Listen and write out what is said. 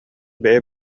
бэйэ